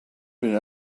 been